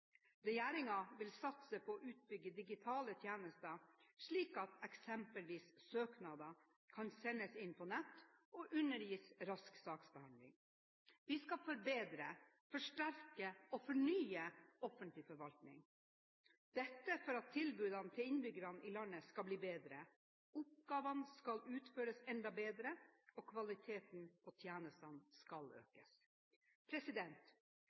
vil satse på å utbygge digitale tjenester, slik at eksempelvis søknader kan sendes inn på nett og undergis rask saksbehandling. Vi skal forbedre, forsterke og fornye offentlig forvaltning – dette for at tilbudene til innbyggerne i landet skal bli bedre, oppgavene skal utføres enda bedre, og kvaliteten på tjenestene skal